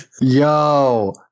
Yo